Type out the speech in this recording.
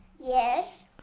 Yes